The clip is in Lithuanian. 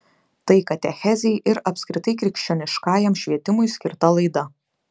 tai katechezei ir apskritai krikščioniškajam švietimui skirta laida